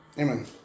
amen